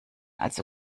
also